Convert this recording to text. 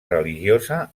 religiosa